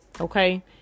okay